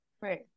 Right